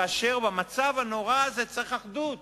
כאשר במצב הנורא הזה צריך אחדות